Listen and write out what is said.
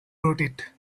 rotate